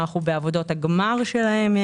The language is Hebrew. אנו בעבודות הגמר שלהם.